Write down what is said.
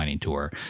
Tour